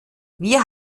wir